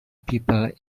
people